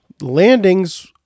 landings